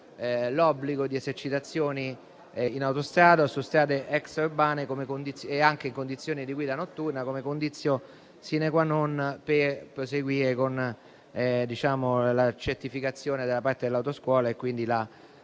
l'obbligo di esercitazioni in autostrada o su strade extraurbane, anche in condizioni di guida notturna, come *conditio sine qua non* per proseguire con la certificazione da parte dell'autoscuola, e quindi la